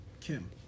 Kim